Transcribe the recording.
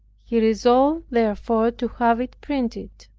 he resolved therefore to have it printed.